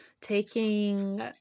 Taking